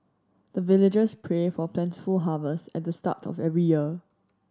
the villagers pray for plentiful harvest at the start of every year